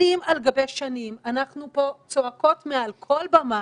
שנים על גבי שנים, אנחנו פה צועקות מעל כל במה,